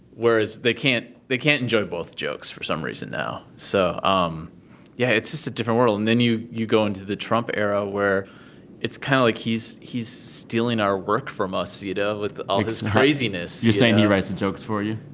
whereas, they can't they can't enjoy both jokes for some reason now. so um yeah, it's just a different world. and then you you go into the trump era, where it's kind of like he's he's stealing our work from us, you know, with all this craziness, you know you're saying he writes the jokes for you?